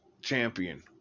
Champion